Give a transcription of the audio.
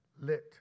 lit